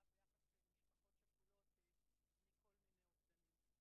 ביחס למשפחות שכולות מכל מיני אובדנים.